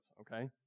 okay